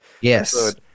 Yes